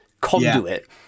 conduit